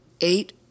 eight